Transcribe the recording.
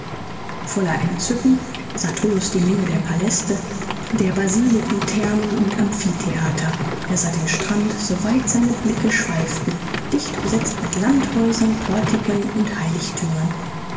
voller entzücken sah tullus die menge der paläste der basiliken thermen und amphitheater er sah den strand so weit seine blicke schweiften dicht besetzt mit landhäusern portiken und heiligthümern